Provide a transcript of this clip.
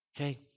Okay